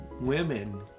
women